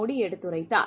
மோடி எடுத்துரைத்தார்